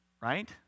Right